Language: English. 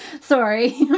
sorry